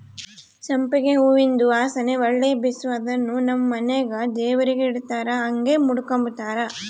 ಸಂಪಿಗೆ ಹೂವಿಂದು ವಾಸನೆ ಒಳ್ಳೆ ಬೇಸು ಅದುನ್ನು ನಮ್ ಮನೆಗ ದೇವರಿಗೆ ಇಡತ್ತಾರ ಹಂಗೆ ಮುಡುಕಂಬತಾರ